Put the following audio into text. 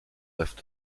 left